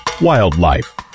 Wildlife